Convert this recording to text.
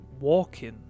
walking